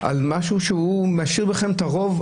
על משהו שהוא משאיר בידכם את הרוב,